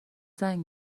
زنگ